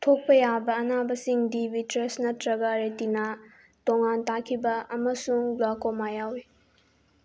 ꯊꯣꯛꯄ ꯌꯥꯕ ꯑꯅꯥꯕꯁꯤꯡꯗꯤ ꯕꯤꯇ꯭ꯔꯁ ꯅꯠꯇ꯭ꯔꯒ ꯔꯦꯇꯦꯅꯥ ꯇꯣꯉꯥꯟ ꯇꯥꯈꯤꯕ ꯑꯃꯁꯨꯡ ꯒ꯭ꯂꯥꯎꯀꯣꯃꯥ ꯌꯥꯎꯏ